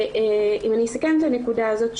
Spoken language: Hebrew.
אם אני אסכם את הנקודה הזאת,